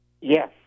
Yes